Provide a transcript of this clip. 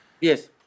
Yes